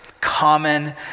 Common